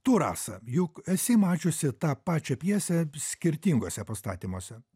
tu rasa juk esi mačiusi tą pačią pjesę skirtinguose pastatymuose